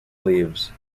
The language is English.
leaves